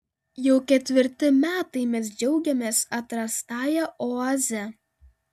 jau ketvirti metai mes džiaugiamės atrastąja oaze